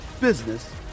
business